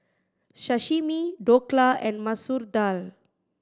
Sashimi Dhokla and Masoor Dal